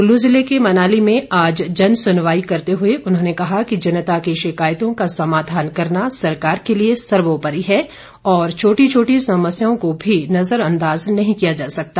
कुल्लू जिले के मनाली में आज जन सुनवाई करते हुए उन्होंने कहा कि जनता की शिकायतों का समाधान करना सरकार के लिए सर्वोपरि है और छोटी छोटी समस्याओं को भी नजर अंदाज नहीं किया जा सकता